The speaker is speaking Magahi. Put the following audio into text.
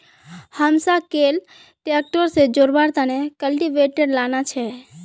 हमसाक कैल ट्रैक्टर से जोड़वार तने कल्टीवेटर लाना छे